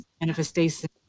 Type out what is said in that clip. manifestation